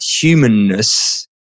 humanness